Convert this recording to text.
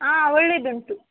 ಹಾಂ ಒಳ್ಳೆಯದುಂಟು